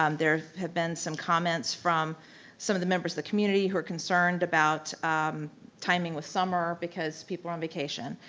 um there have been some comments from some of the members of the community who are concerned about timing with summer because people are on vacation,